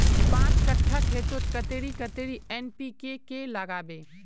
पाँच कट्ठा खेतोत कतेरी कतेरी एन.पी.के के लागबे?